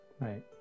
Right